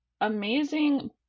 amazing